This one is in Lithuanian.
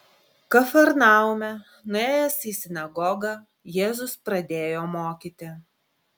kafarnaume nuėjęs į sinagogą jėzus pradėjo mokyti